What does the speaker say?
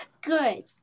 Good